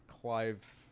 Clive